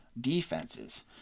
defenses